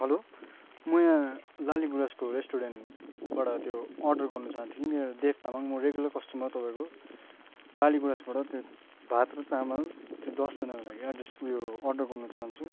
hello म यहाँ लाली गुराँसको रेस्टुरेन्टबाट त्यो अर्डर गर्नु चाहन्थे कि मेरो देव तामाङ म रेगुलर कस्टमर तपाईँको लाली गुराँसबाट त्यो भात र चामल दसजनाको लागि एड्रेस उयो अर्डर गर्नु चाहन्छु